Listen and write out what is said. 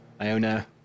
Iona